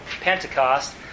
Pentecost